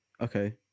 Okay